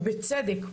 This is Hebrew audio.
ובצדק,